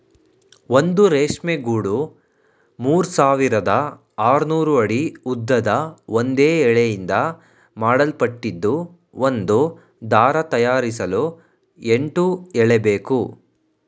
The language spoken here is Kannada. ಒಂದು ರೇಷ್ಮೆ ಗೂಡು ಮೂರ್ಸಾವಿರದ ಆರ್ನೂರು ಅಡಿ ಉದ್ದದ ಒಂದೇ ಎಳೆಯಿಂದ ಮಾಡಲ್ಪಟ್ಟಿದ್ದು ಒಂದು ದಾರ ತಯಾರಿಸಲು ಎಂಟು ಎಳೆಬೇಕು